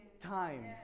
time